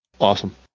awesome